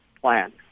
plan